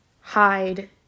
hide